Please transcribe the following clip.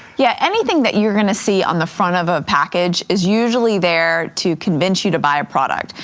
yeah, anything that you're gonna see on the front of a package is usually there to convince you to buy a product.